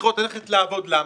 צריכות ללכת לעבוד, למה?